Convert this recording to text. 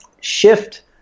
shift